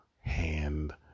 hand